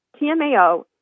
TMAO